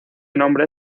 nombre